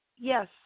Yes